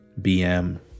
BM